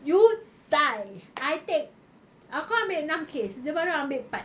you die I take aku ambil enam case dia baru ambil empat